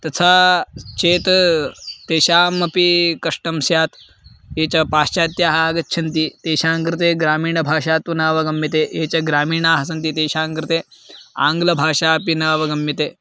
तथा चेत् तेषामपि कष्टं स्यात् ये च पाश्चात्याः आगच्छन्ति तेषां कृते ग्रामीणभाषा तु न अवगम्यते ये च ग्रामीणाः सन्ति तेषां कृते आङ्ग्लभाषा अपि न अवगम्यते